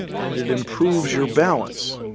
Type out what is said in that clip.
and it improves your balance,